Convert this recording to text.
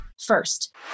First